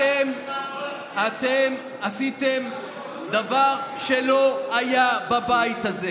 אתם עשיתם דבר שלא היה בבית הזה.